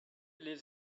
leaves